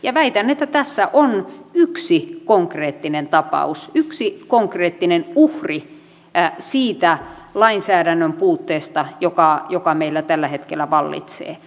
ja väitän että tässä on yksi konkreettinen tapaus yksi konkreettinen uhri siitä lainsäädännön puutteesta joka meillä tällä hetkellä vallitsee